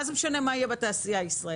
מה זה משנה מה יהיה בתעשייה הישראלית,